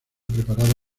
preparado